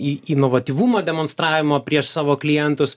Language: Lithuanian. į inovatyvumą demonstravimo prieš savo klientus